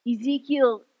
Ezekiel